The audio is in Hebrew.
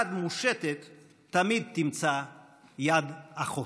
יד מושטת תמיד תמצא יד אחות.